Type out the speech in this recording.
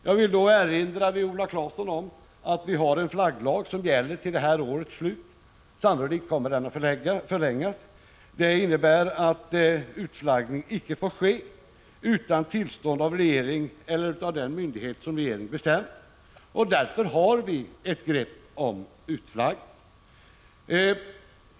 Jag vill då erinra Viola Claesson om att vi har en flagglag som gäller till detta års slut. Sannolikt kommer dess giltighet att förlängas. Där stadgas att utflaggning inte får ske utan tillstånd av regeringen eller av den myndighet som regeringen bestämmer. Därför har vi ett grepp om utflaggningen.